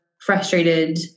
frustrated